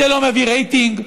זה לא מביא רייטינג,